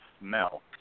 smell